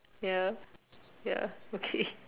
ya ya okay